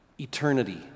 eternity